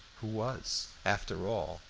who was, after all,